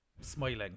smiling